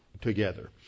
together